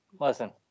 Listen